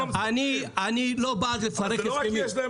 אני לא בעד לפרק הסכמים --- אבל זה לא רק כי יש להם